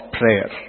prayer